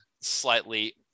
slightly